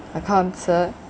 I can't answer